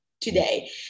today